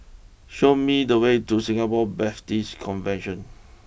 show me the way to Singapore Baptist Convention